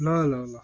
ल ल ल